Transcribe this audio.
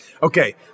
Okay